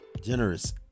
generous